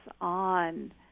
on